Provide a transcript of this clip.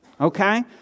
okay